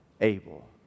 Abel